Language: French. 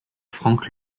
franck